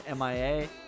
MIA